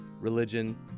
religion